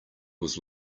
was